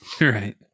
Right